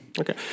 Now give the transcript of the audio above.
Okay